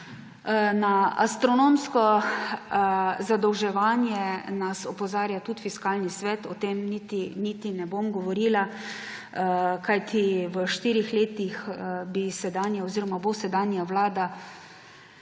Na astronomsko zadolževanje nas opozarja tudi Fiskalni svet. O tem niti ne bom govorila, kajti v štirih letih bo sedanja vlada